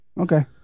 Okay